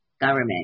government